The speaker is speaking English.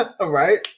right